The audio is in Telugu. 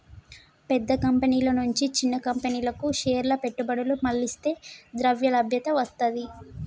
పెద్ద కంపెనీల నుంచి చిన్న కంపెనీలకు షేర్ల పెట్టుబడులు మళ్లిస్తే ద్రవ్యలభ్యత వత్తది